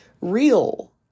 real